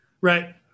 Right